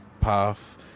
path